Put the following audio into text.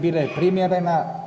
Bila je primjerena.